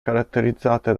caratterizzate